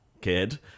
kid